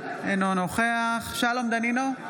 אינו נוכח שלום דנינו,